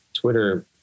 Twitter